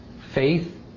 faith